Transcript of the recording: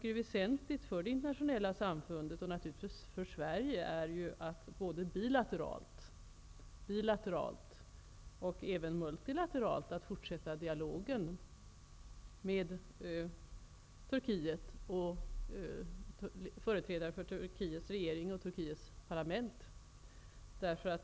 Det är väsentligt att det internationella samfundet, och naturligtvis också Sverige, både bilateralt och även multilateralt, fortsätter dialogen med Turkiet och företrädare för Turkiets regering och parlament.